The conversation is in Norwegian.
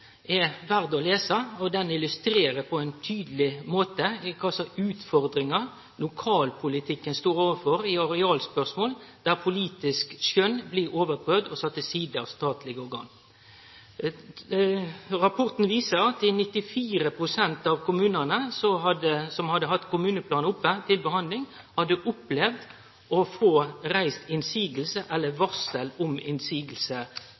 er det verdt å lese. Han illustrerer på ein tydeleg måte kva slags utfordringar lokalpolitikken står overfor i arealspørsmål når politisk skjønn blir overprøvt og sett til side av statlege organ. Rapporten viser at 94 pst. av kommunane som hadde hatt kommuneplanen til behandling, opplevde at det blei gjort innseiingar eller